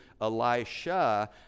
Elisha